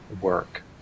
work